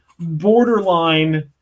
borderline